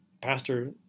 Pastor